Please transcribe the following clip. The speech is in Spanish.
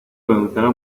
comenzará